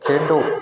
ਖੇਡੋ